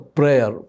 prayer